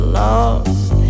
lost